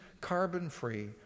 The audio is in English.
carbon-free